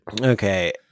Okay